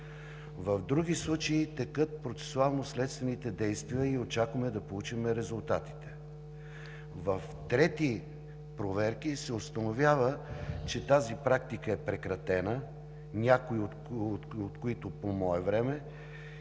В други случаи текат процесуално следствените действия и очакваме да получим резултатите. В трети проверки се установява, че тази практика е прекратена, някои от които по мое време.